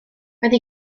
roedd